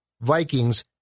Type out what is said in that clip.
Vikings